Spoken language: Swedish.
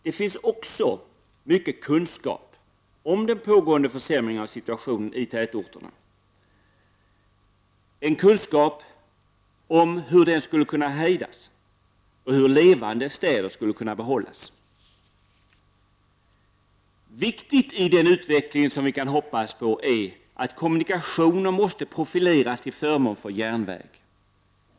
Det finns också mycket kunskap om hur den pågående försämringen av situationen i tätorterna skulle kunna hejdas och levande städer behållas. Viktigt i den utveckling som vi kan hoppas på är att kommunikationerna profileras till förmån för järnväg.